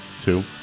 two